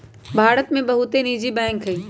भारत में बहुते निजी बैंक हइ